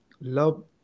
love